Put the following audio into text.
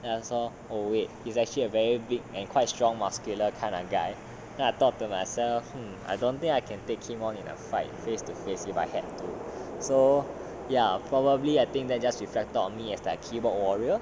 then I saw oh wait he is actually a very big and quite strong muscular kinda guy then I thought to myself I don't think I can take him on in a fight face to face it if I had to so ya probably I think that just reflected on me as like keyboard warrior